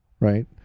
right